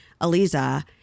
Aliza